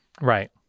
right